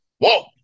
Whoa